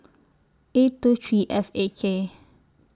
eight two three F A K